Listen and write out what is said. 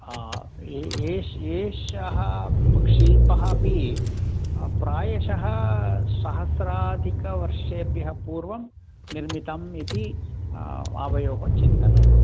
हा ए एष् एषः शिल्पः अपि प्रायशः सहस्राधिकवर्षेभ्यः पूर्वं निर्मितम् इति आवयोः चिन्तनम्